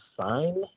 sign